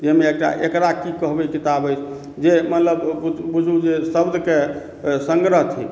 जाहिमे एकटा एकरा की कहबै किताब अछि जे मतलब बुझू जे शब्द के संग्रह थिक